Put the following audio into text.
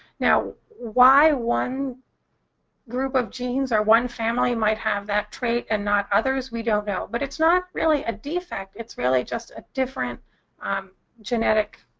now why one group of genes or one family might have that trait and not others, we don't know. but it's not really a defect, it's really just a different um genetic